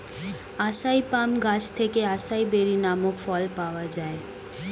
আসাই palm গাছ থেকে acai berry নামক ফল পাওয়া যায়